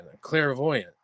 clairvoyant